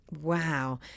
wow